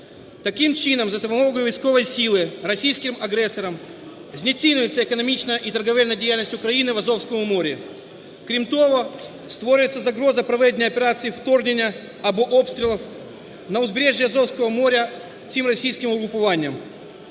Таким чином за допомогою військової сили російським агресорам знецінюється економічна і торгівельна діяльність України в Азовському морі. Крім того створюється загроза проведення операції вторгнення або обстрілів на узбережжі Азовського моря цим російським угрупуванням.